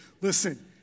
Listen